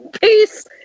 Peace